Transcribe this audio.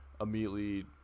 immediately